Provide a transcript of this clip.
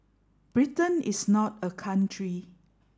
Britain is not a country